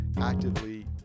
actively